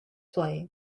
playing